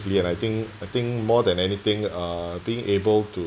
I think I think more than anything uh being able to